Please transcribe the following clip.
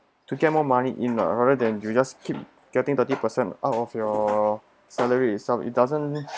to get more money in or rather than you just keep getting thirty percent out of your salary so it doesn't